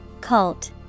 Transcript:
Cult